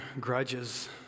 grudges